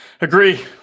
agree